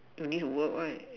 don't need to work right